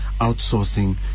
outsourcing